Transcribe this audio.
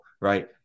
right